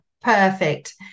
perfect